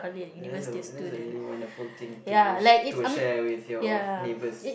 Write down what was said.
that's a that's a really wonderful thing to to share with your neighbors